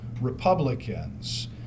Republicans